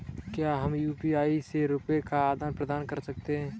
क्या हम यू.पी.आई से रुपये का आदान प्रदान कर सकते हैं?